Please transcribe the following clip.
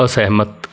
ਅਸਹਿਮਤ